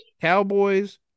Cowboys